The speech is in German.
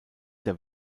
der